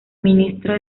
ministro